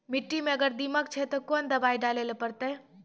मिट्टी मे अगर दीमक छै ते कोंन दवाई डाले ले परतय?